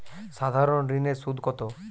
সাধারণ ঋণের সুদ কত?